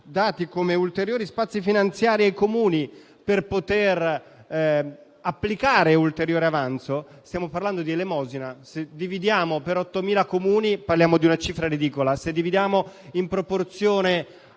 dati come ulteriori spazi finanziari ai Comuni per poter applicare ulteriore avanzo, vediamo che stiamo parlando di elemosina. Se dividiamo per 8.000 Comuni, parliamo di una cifra ridicola; se dividiamo in proporzione